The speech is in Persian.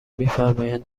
میفرمایند